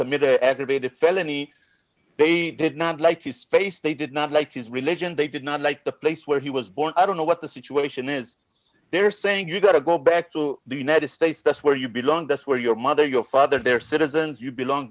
commit aggravated felony they did not like his face they did not like his religion they did not like the place where he was born i don't know what the situation is they're saying you got to go back to the united states that's where you belong that's where your mother your father their citizens you belong